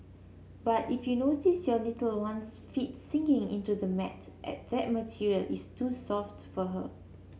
but if you notice your little one's feet sinking into the mat at that material is too soft for her